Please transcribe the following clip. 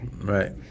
Right